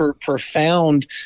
profound